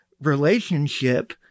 relationship